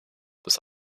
bis